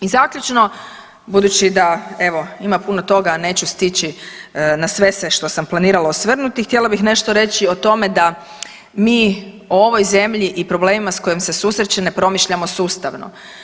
I zaključno budući da evo ima puno toga, a neću stići na sve se što sam planirala osvrnuti htjela bih nešto reći o tome da mi o ovoj zemlji i problemima s kojim se susreće ne promišljamo sustavno.